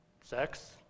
sex